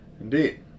Indeed